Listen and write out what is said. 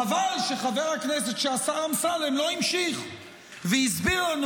חבל שחבר הכנסת שהשר אמסלם לא המשיך והסביר לנו,